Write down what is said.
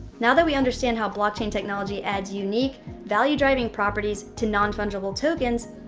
now that we understand how blockchain technology adds unique, value-driving properties to non-fungible tokens,